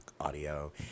audio